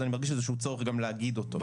אז אני מרגיש איזה שהוא צורך גם להגיד אותו.